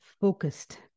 focused